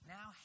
Now